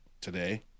today